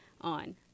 on